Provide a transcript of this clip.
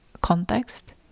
context